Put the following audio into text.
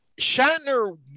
Shatner